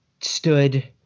stood